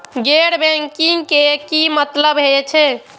गैर बैंकिंग के की मतलब हे छे?